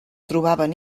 trobaven